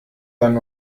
dann